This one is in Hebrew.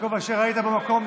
יעקב אשר, היית במקום.